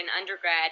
undergrad